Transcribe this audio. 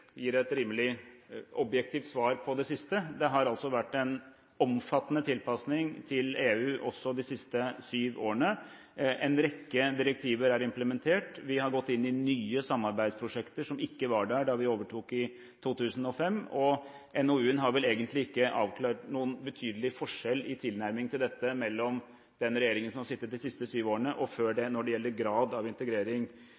gir et rimelig objektivt svar på det siste. Det har altså vært en omfattende tilpasning til EU også de siste syv årene. En rekke direktiver er implementert, vi har gått inn i nye samarbeidsprosjekter som ikke var der da vi overtok i 2005, og NOU-en har vel egentlig ikke avklart noen betydelig forskjell i tilnærmingen til dette mellom den regjeringen som har sittet i de siste syv årene, og før